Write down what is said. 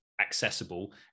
accessible